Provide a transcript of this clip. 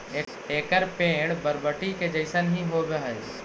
एकर पेड़ बरबटी के जईसन हीं होब हई